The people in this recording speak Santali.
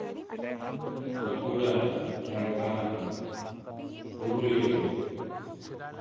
ᱵᱟᱸᱠᱩᱲᱟ ᱡᱷᱟᱲᱜᱨᱟᱢ ᱯᱩᱨᱩᱞᱤᱭᱟ